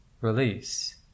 release